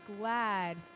glad